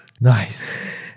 Nice